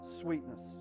sweetness